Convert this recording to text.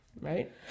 right